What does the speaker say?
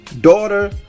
daughter